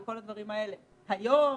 היום,